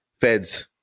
feds